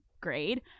grade